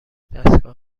دستگاه